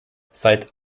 seit